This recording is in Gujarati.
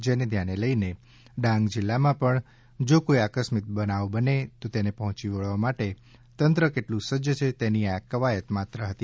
જેને ધ્યાને લઇને ડાંગ જિલ્લામા પણ જો કોઈ આકસ્મિક બનાવ બને તો તેને પહોંચી વળવા માટે તંત્ર કેટલુ સજ્જ છે તેની આ કવાયત માત્ર હતી